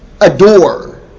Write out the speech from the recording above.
adore